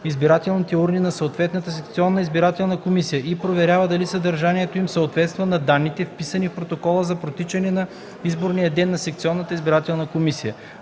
избирателните урни на съответната секционна избирателна комисия и проверява дали съдържанието им съответства на данните, вписани в протоколите за протичане на изборния ден на секционната избирателна комисия.